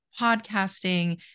podcasting